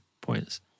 points